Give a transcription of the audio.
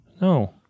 No